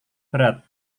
berat